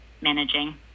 managing